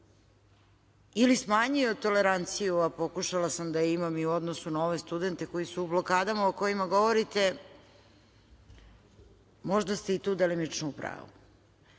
ili smanjio toleranciju, a pokušala sam da imam i u odnosu na ove studente koji su u blokadama, o kojima govorite, možda ste i tu delimično u pravu. Ono